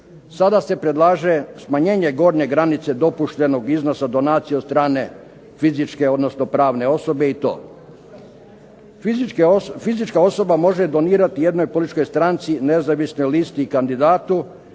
Sada se predlaže smanjenje gornje granice dopuštanog iznosa donacije od strane fizičke i pravne osobe i to: Fizička osoba može donirati jednoj političkoj stranci, nezavisnoj listi i kandidatu